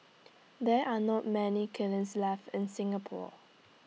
there are not many kilns left in Singapore